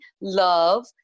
love